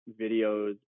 videos